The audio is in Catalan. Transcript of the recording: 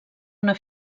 una